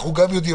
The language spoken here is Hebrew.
אנחנו גם יודעים,